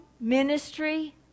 ministry